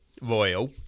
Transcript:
royal